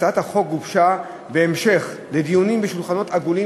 הצעת החוק גובשה בהמשך לדיונים בשולחנות עגולים